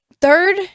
Third